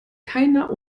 keiner